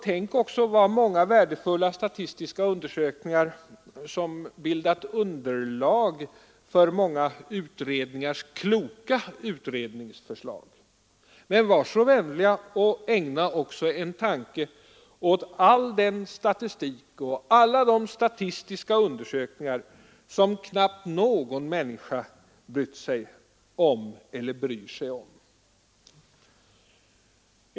Tänk också på de många värdefulla statistiska undersökningar som bildat underlag för åtskilliga utredningars kloka utredningsförslag. Men var så vänliga och ägna även en tanke åt all den statistik och alla de statistiska undersökningar som knappt någon människa brytt sig eller bryr sig om!